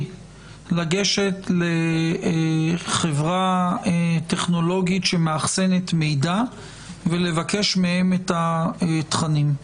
לגשת לחברה טכנולוגית שמאחסנת מידע ולבקש ממנה את התכנים.